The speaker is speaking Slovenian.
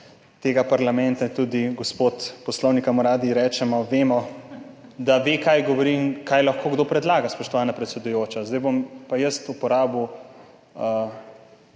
tega parlamenta in tudi gospod poslovnik mu radi rečemo, vemo, da ve, kaj govori in kaj lahko kdo predlaga, spoštovana predsedujoča. Zdaj bom pa jaz uporabil